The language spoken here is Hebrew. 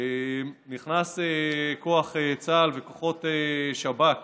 נכנסו כוח צה"ל וכוחות שב"כ